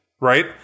right